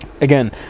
Again